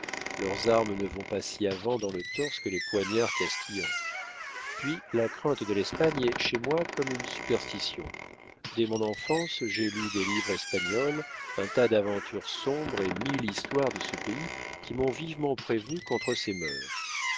leurs armes ne vont pas si avant dans le torse que les poignards castillans puis la crainte de l'espagne est chez moi comme une superstition dès mon enfance j'ai lu des livres espagnols un tas d'aventures sombres et mille histoires de ce pays qui m'ont vivement prévenu contre ses mœurs